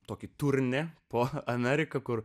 tokį turnė po ameriką kur